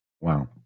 Wow